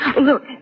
Look